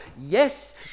yes